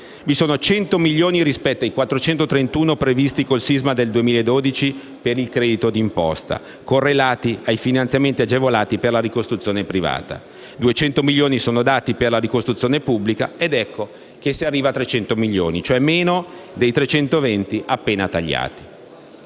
vi sono 100 milioni rispetto ai 431 già previsti con il sisma del 2012 per il credito di imposta, correlati ai finanziamenti agevolati per la ricostruzione privata), 200 milioni sono dati per la ricostruzione pubblica, ed ecco che si arriva a 300 milioni, cioè meno dei 320 appena tagliati.